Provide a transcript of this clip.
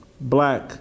black